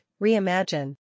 reimagine